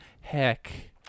heck